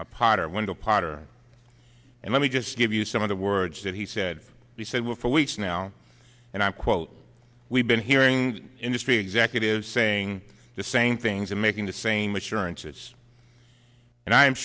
mr potter wendell potter and let me just give you some of the words that he said he said were for weeks now and i quote we've been hearing industry executives saying the same things and making the same assurances and i'm